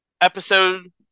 Episode